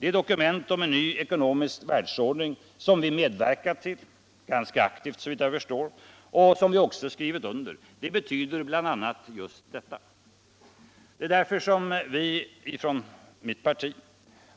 Det dokument om en ny ekonomisk världsordning som vi medverkat till och Internationellt utvecklingssamar skrivit under betyder bl.a. just detta. Det är därför som vi från mitt parti